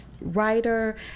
writer